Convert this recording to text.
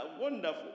Wonderful